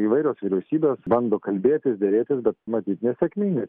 įvairios vyriausybės bando kalbėtis derėtis bet matyt neefektingai